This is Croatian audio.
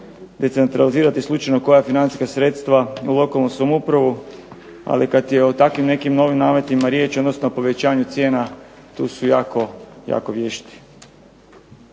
decentralizirati slučajno koja financijska sredstva u lokalnu samoupravu, ali kad je o takvim nekim novim nametima riječ odnosno povećanje cijena tu su jako vješti.